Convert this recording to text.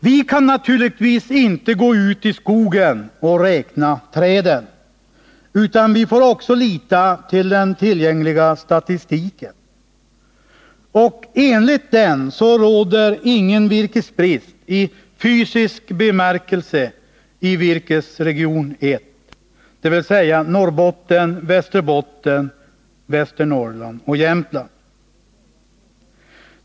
Vi kan naturligtvis inte gå ut i skogen och räkna träden, utan vi får lita till den tillgängliga statistiken. Enligt den råder ingen virkesbrist i fysisk bemärkelse i virkesregion 1, dvs. Norrbotten, Västerbotten, Västernorrland och Jämtland.